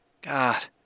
God